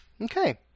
okay